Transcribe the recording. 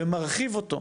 ומרחיב אותו.